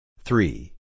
Three